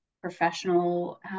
professional